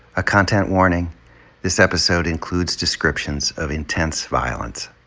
a content warning this episode includes descriptions of intense violence.